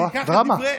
או-אה, או-אה, דרמה.